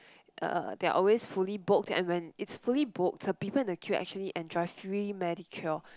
uh they're always fully booked and when it's fully booked the people in the queue actually enjoy free manicure